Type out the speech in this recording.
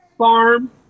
farm